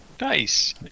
Nice